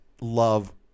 love